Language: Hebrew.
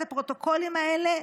את הפרוטוקולים האלה,